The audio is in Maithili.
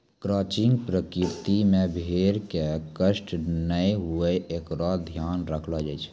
क्रचिंग प्रक्रिया मे भेड़ क कष्ट नै हुये एकरो ध्यान रखलो जाय छै